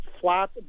flat